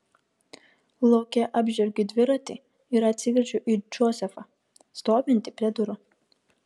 lauke apžergiu dviratį ir atsigręžiu į džozefą stovintį prie durų